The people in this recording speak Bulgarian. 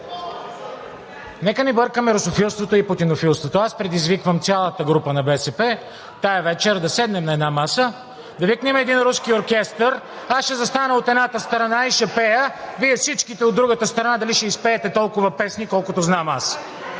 Нека не бъркаме русофилството и путинофилството! (Шум и реплики.) Аз предизвиквам цялата група на БСП тази вечер да седнем на една маса и да викнем един руски оркестър. Аз ще застана от едната страна и ще пея, а Вие всичките от другата страна дали ще изпеете толкова песни, колкото знам аз?!